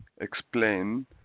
explain